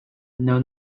know